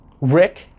Rick